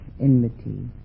enmity